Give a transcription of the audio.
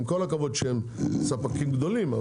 עם כל הכבוד שהם ספקים גדולים,